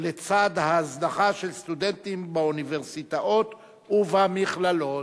לצד ההזנחה של סטודנטים באוניברסיטאות ובמכללות.